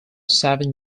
seven